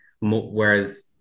whereas